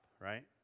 right